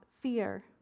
fear